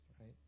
Right